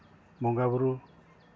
ᱵᱚᱸᱜᱟᱼᱵᱳᱨᱳ